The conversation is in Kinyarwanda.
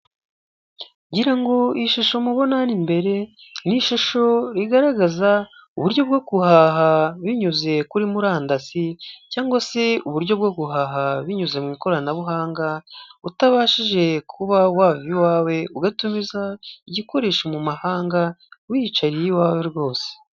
Ngira ngo ishusho mubona hano imbere igaragaza uburyo bwo guhaha binyuze kuri murandasi cyangwa se guhaha hifashishijwe ikoranabuhanga, aho ushobora gutumiza igikoresho mu mahanga utavuye iwawe, ukagihabwa wicaye mu rugo rwawe rwose.